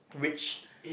rich